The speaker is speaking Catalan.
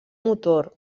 motor